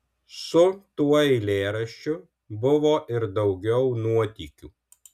su tuo eilėraščiu buvo ir daugiau nuotykių